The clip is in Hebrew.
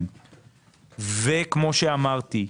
וכמו שאמרתי,